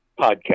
podcast